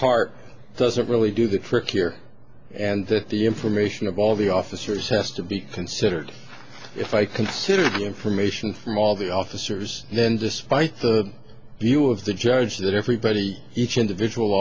heart doesn't really do the trick here and that the information of all the officers test of the considered if i considered the information from all the officers then despite the view of the judge that everybody each individual